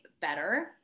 better